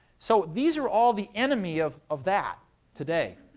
so these are all the enemy of of that today.